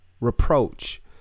reproach